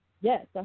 Yes